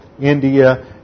India